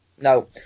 No